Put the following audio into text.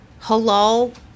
halal